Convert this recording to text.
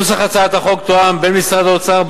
נוסח הצעת החוק תואם בין משרד האוצר,